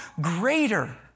greater